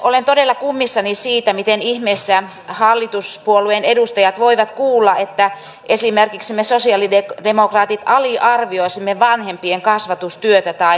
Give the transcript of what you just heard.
olen todella kummissani siitä miten ihmeessä hallituspuolueiden edustajat voivat kuulla että esimerkiksi me sosialidemokraatit aliarvioisimme vanhempien kasvatustyötä tai kasvatustaitoja